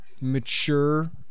mature